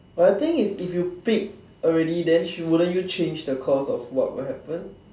but the thing is if you pick already then wouldn't you change the course of what would happen